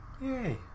Yay